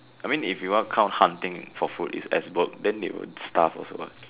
I mean if we want to count hunting for food is as work then they will starve also what